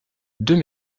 deux